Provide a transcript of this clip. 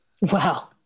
Wow